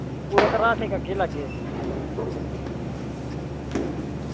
पूरे घरा दा ठेका केह् लैगे